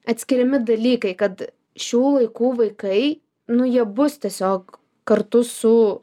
atskiriami dalykai kad šių laikų vaikai nu jie bus tiesiog kartu su